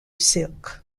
cirque